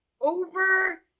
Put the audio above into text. over